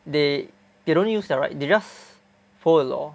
they they don't use their right they just follow the law